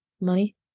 money